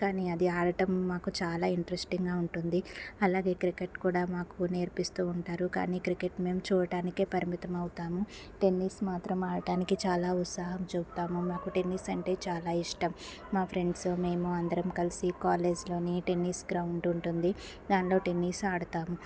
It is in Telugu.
కానీ అది ఆడటం మాకు చాలా ఇంట్రెస్టింగ్గా ఉంటుంది అలాగే క్రికెట్ కూడా మాకు నేర్పిస్తూ ఉంటారు కానీ క్రికెట్ మేము చూడటానికే పరిమితం అవుతాము టెన్నిస్ మాత్రం ఆడటానికి చాలా ఉత్సాహం చూపుతాము మాకు టెన్నిస్ అంటే చాలా ఇష్టం మా ఫ్రెండ్స్ మేము అందరం కలిసి కాలేజీలోని టెన్నిస్ గ్రౌండ్ ఉంటుంది దాంట్లో టెన్నిస్ ఆడతాము